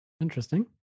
interesting